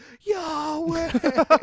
Yahweh